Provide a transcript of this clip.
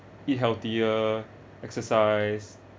eat healthier exercise